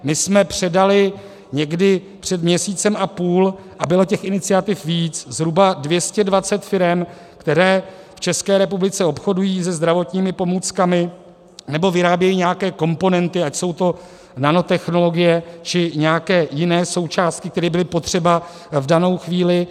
My jsme předali někdy před měsícem a půl a bylo těch iniciativ víc, zhruba 220 firem, které v České republice obchodují se zdravotními pomůckami nebo vyrábějí nějaké komponenty, ať jsou to nanotechnologie, či nějaké jiné součásti, které byly potřeba v danou chvíli.